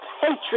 hatred